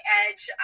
edge